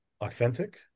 authentic